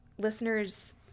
listeners